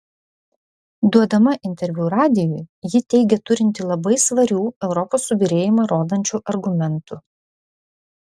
duodama interviu radijui ji teigė turinti labai svarių europos subyrėjimą rodančių argumentų